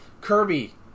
Kirby